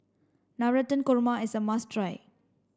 Navratan Korma is a must try